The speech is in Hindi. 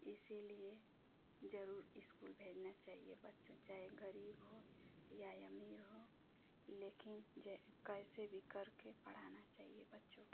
इसीलिए जरूर स्कूल भेजना चाहिए बच्चों चाहे गरीब हो या अमीर हो लेकिन कैसे भी करके पढ़ाना चाहिए बच्चों को